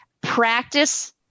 practice